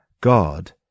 God